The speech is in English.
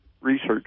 research